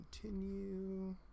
Continue